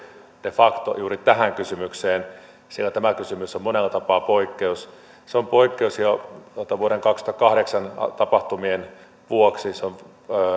de facto juuri tähän kysymykseen sillä tämä kysymys on monella tapaa poikkeus se on poikkeus jo vuoden kaksituhattakahdeksan tapahtumien vuoksi se on